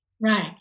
right